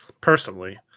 personally